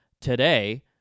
today